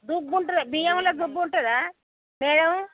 దుబ్బు ఉంటుంది బియ్యంలో దుబ్బు ఉంటుందా మేడమ్